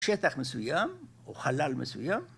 שטח מסוים או חלל מסוים